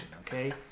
okay